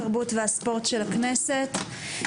התרבות והספורט של הכנסת.